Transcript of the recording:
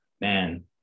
man